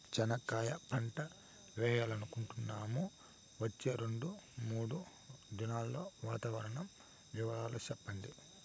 చెనక్కాయ పంట వేయాలనుకుంటున్నాము, వచ్చే రెండు, మూడు దినాల్లో వాతావరణం వివరాలు చెప్పండి?